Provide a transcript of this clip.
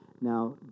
Now